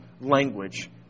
language